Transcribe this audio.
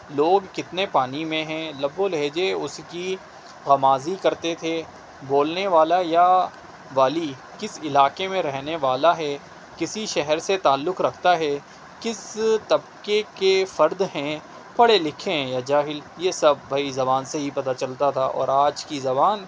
لوگ کتنے پانی میں ہیں لب و لہجے اس کی غمازی کرتے تھے بولنے والا یا والی کس علاقے میں رہنے والا ہے کسی شہر سے تعلق رکھتا ہے کس طبقے کے فرد ہیں پڑھے لکھے ہیں یا جاہل یہ سب بھائی زبان سے ہی پتہ چلتا تھا اور آج کی زبان